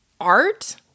art